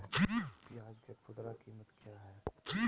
प्याज के खुदरा कीमत क्या है?